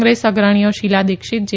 કોંગ્રેસ અગ્રણીઓ શીલા દીક્ષીત જે